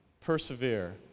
persevere